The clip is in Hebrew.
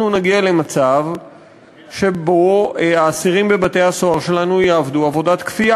אנחנו נגיע למצב שבו האסירים בבתי-הסוהר שלנו יעבדו עבודת כפייה.